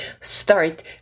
start